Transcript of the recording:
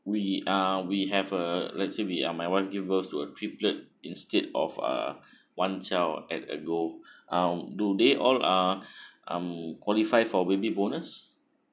we are we have uh let's say we uh my wife give birth to a triplet instead of uh one child at a go um do they all are um qualify for baby bonus